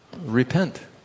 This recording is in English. repent